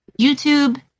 YouTube